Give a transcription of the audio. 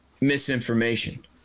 misinformation